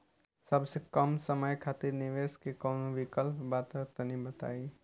सबसे कम समय खातिर निवेश के कौनो विकल्प बा त तनि बताई?